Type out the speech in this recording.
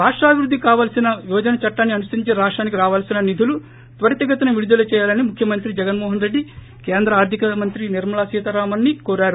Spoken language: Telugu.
రాష్టాభివృద్దికి రావాల్సిన విభజన చట్టాన్ని అనుసరించి రాష్టానికి రావాల్సిన నిధులు త్వరతిగతిన విడుదల చేయాలనీ ముఖ్యమంత్రి జగన్మోహన్రెడ్డి కేంద్ర ఆర్లికశాఖ మంత్రి నిర్మలా సీతారామన్ ని కోరారు